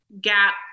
gap